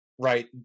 Right